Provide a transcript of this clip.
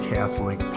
Catholic